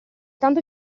tanto